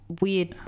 weird